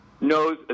knows